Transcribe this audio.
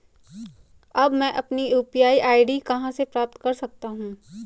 अब मैं अपनी यू.पी.आई आई.डी कहां से प्राप्त कर सकता हूं?